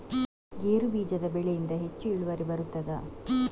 ಗೇರು ಬೀಜದ ಬೆಳೆಯಿಂದ ಹೆಚ್ಚು ಇಳುವರಿ ಬರುತ್ತದಾ?